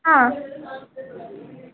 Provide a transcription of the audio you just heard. ಹಾಂ